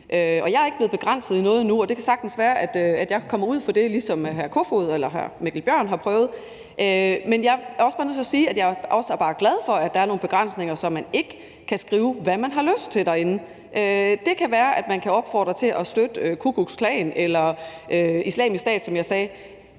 og jeg er ikke blevet begrænset i noget endnu. Det kan sagtens være, jeg kommer ud for det, ligesom hr. Peter Kofod eller hr. Mikkel Bjørn har prøvet. Men jeg er også bare nødt til at sige, at jeg også er glad for, at der er nogle begrænsninger, så man ikke kan skrive, hvad man har lyst til derinde. Det kan være, at man kan opfordre til at støtte Ku Klux Klan eller Islamisk Stat, som jeg sagde.